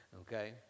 Okay